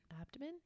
abdomen